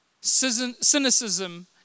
Cynicism